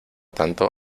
tanto